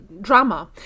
drama